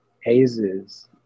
hazes